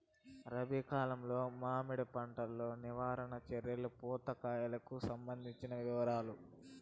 రబి కాలంలో మామిడి పంట లో నివారణ చర్యలు పూత కాయలకు సంబంధించిన వివరాలు?